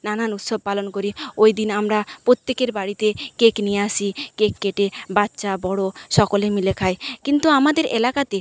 নানান উৎসব পালন করি ওই দিন আমরা পত্যেকের বাড়িতে কেক নিয়ে আসি কেক কেটে বাচ্চা বড় সকলে মিলে খাই কিন্তু আমাদের এলাকাতে